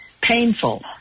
painful